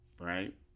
right